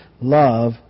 love